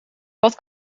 wat